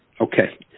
Okay